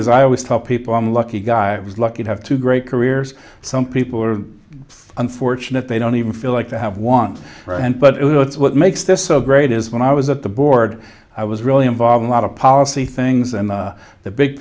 is i always tell people i'm lucky guy i was lucky to have two great careers some people are unfortunate they don't even feel like to have want but it's what makes this so great is when i was at the board i was really involved a lot of policy things and the big